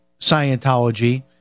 Scientology